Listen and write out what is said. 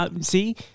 see